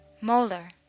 molar